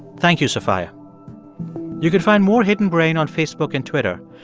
thank you, sophia you can find more hidden brain on facebook and twitter.